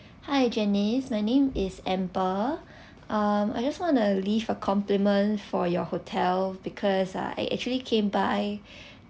hi janice my name is amber um I just wanna leave a compliment for your hotel because I actually came by